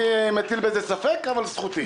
אני מטיל בזה ספק, אבל זכותי.